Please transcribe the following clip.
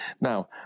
Now